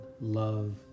love